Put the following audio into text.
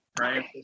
right